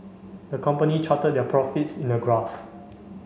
the company charted their profits in a graph